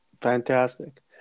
Fantastic